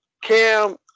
Cam